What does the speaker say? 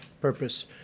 purpose